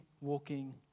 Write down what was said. walking